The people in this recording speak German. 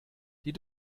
die